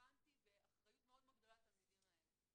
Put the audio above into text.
רלוונטי ואחריות מאוד מאוד גדולה לתלמידים האלה.